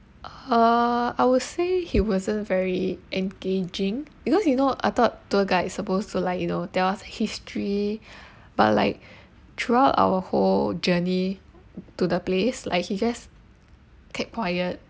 uh I will say he wasn't very engaging because you know I thought tour guides supposed to like you know tell us history but like throughout our whole journey to the place like he just kept quiet